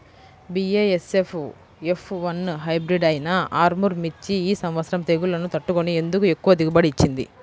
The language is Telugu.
బీ.ఏ.ఎస్.ఎఫ్ ఎఫ్ వన్ హైబ్రిడ్ అయినా ఆర్ముర్ మిర్చి ఈ సంవత్సరం తెగుళ్లును తట్టుకొని ఎందుకు ఎక్కువ దిగుబడి ఇచ్చింది?